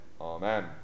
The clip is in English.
Amen